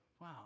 wow